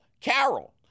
Carol